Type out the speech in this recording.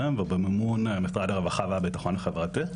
והוא במימון משרד הרווחה והביטחון החברתי.